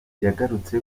yagarutse